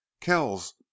kells